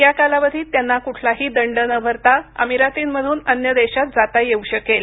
या कालावधीत त्यांना कुठलाही दंड न भरता अमिरातींमधून अन्य देशात जाता येऊ शकेल